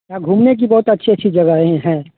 यहाँ घूमने की बहुत अच्छी अच्छी जगहें हैं